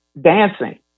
dancing